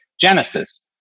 Genesis